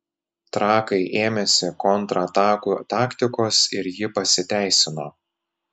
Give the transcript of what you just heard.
trakai ėmėsi kontratakų taktikos ir ji pasiteisino